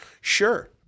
Sure